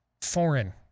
foreign